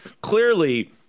clearly